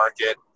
market